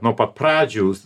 nuo pat pradžios